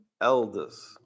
elders